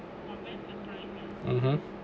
mmhmm